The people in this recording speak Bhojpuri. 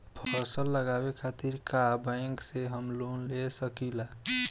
फसल उगावे खतिर का बैंक से हम लोन ले सकीला?